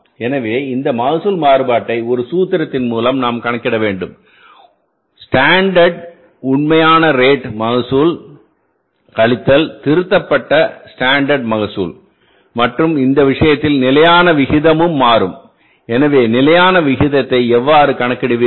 எனவே இந்த மகசூல் மாறுபாட்டை ஒரு சூத்திரத்தின் மூலம் நாம் கணக்கிட வேண்டும் ஸ்டாண்டர்ட் உண்மையான ரேட் மகசூல் கழித்தல் திருத்தப்பட்ட ஸ்டாண்டர்ட் மகசூல் மற்றும் இந்த விஷயத்தில் நிலையான விகிதமும் மாறும் எனவே நிலையான விகிதத்தை எவ்வாறு கணக்கிடுவீர்கள்